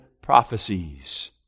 prophecies